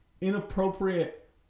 inappropriate